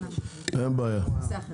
בבקשה.